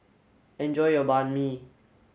enjoy your Banh Mi